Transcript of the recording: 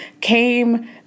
came